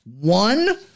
One